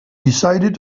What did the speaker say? decided